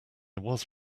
was